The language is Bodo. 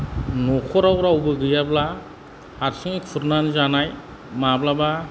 न'खराव रावबो गैयाब्ला हारसिङै खुरनानै जानाय माब्लाबा